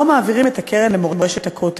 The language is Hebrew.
לא מעבירים את הקרן למורשת הכותל.